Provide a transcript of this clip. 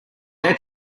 their